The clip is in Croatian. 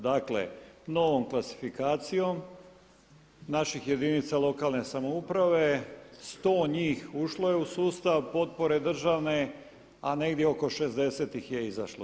Dakle, novom klasifikacijom naših jedinica lokalne samouprave sto njih ušlo je u sustav potpore državne, a negdje oko 60 ih je izašlo.